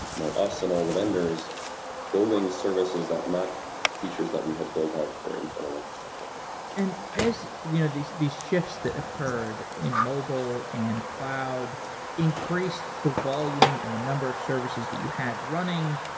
you know us and all the vendors building services that map features that we had built out for internal infrastructure and as you know these these shifts that occurred in mobile and cloud increased the volume and the number of services that you had running,